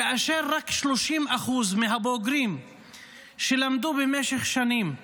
כאשר רק 30% מהבוגרים שלמדו במשך שנים,